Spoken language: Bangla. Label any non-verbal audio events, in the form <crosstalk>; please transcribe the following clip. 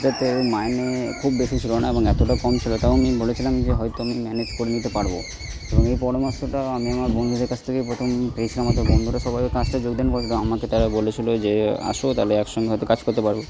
সেটাতে মাইনে খুব বেশি ছিলো না এবং এতটা কম ছিলো তাও আমি বলেছিলাম যে হয়তো আমি ম্যানেজ করে নিতে পারবো এবং এই পরামর্শটাও আমি আমার বন্ধুদের কাছ থেকে প্রথম পেয়েছিলাম <unintelligible> বন্ধুরা সবাই ওই কাজটা যোগদান করেছিলো আমাকে তারা বলেছিলো যে আসো তাহলে একসঙ্গে হয়তো কাজ করতে পারবো